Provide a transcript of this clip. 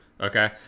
Okay